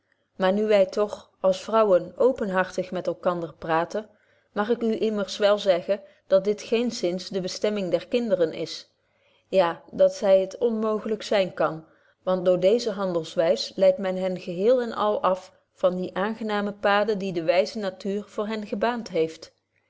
maar nu wy toch als vrouwen openhartig met elkander praten mag ik u immers wel zeggen dat dit geensinds de bestemming der kinderen is ja dat zy het onmogelyk zyn kan want door deze handelwys leidt men hen geheel en al af van die aangename paden die de wyze natuur voor hen gebaand heeft